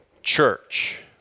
church